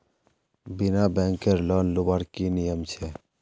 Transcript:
बिना बैंकेर लोन लुबार की नियम छे?